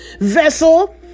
vessel